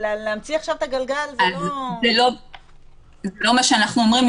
אז זה לא מה שאנחנו אומרים,